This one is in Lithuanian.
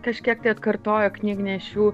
kažkiek tai atkartojo knygnešių